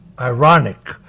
ironic